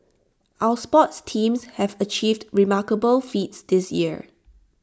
our sports teams have achieved remarkable feats this year